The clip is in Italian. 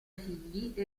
figli